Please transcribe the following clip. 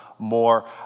more